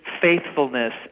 faithfulness